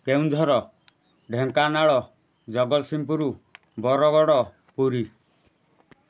Keonjhar Dhenkanal Jagatsinghpur Bargarh Puri